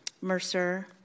Mercer